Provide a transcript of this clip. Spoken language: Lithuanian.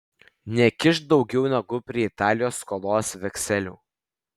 nekišk daugiau nagų prie italijos skolos vekselių